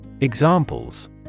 Examples